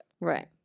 Right